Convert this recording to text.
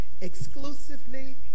exclusively